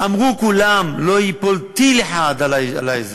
אמרו כולם: לא ייפול טיל אחד על האזור.